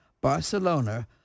Barcelona